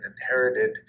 inherited